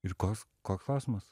ir koks koks klausimas